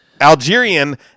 Algerian